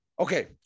Okay